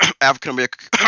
african-american